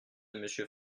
monsieur